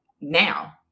now